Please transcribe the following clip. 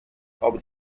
aber